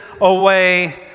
away